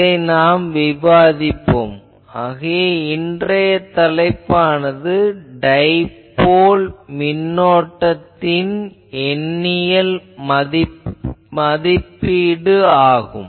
இதை நாம் விவாதிப்போம் ஆகவே இன்றைய தலைப்பானது டைபோல் மின்னோட்டத்தின் எண்ணியல் மதிப்பீடு ஆகும்